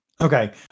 okay